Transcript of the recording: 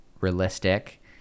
realistic